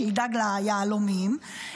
שידאג ליהלומים,